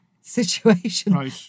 situation